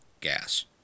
gas